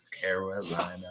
Carolina